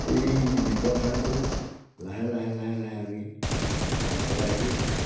এই ব্যৱসায়টো লাহে লাহে লাহে লাহে আমি পাতলাই দি